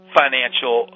financial –